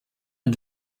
and